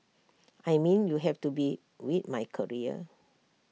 I mean you have to be with my career